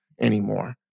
anymore